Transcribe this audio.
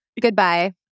goodbye